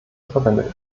verwendet